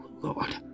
Lord